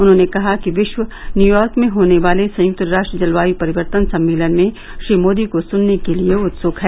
उन्होंने कहा कि विश्व न्यूयॉर्क में होने वाले संयुक्त राष्ट्र जलवायु परिवर्तन सम्मेलन में श्री मोदी को सुनने के लिए उत्सुक हैं